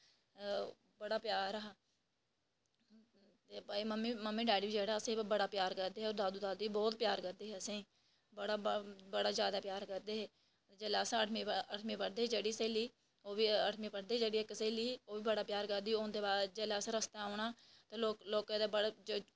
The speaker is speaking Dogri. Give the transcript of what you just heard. अ बड़ा प्यार हा ते भई मम्मी डैडी बी असेंगी बड़ा प्यार करदे हे ते दादू दादी बी बहुत प्यार करदे हे असेंगी बड़ा बड़ा जादा प्यार करदे हे जेल्लै अस अठमीं पढ़दे हे जेह्ड़ी स्हेली ओह्बी अठमीं पढ़दे जेह्ड़ी स्हेली ही ओह्बी बड़ा प्यार करदी जेल्लै असें रस्ते औना ते लोकें दे बड़े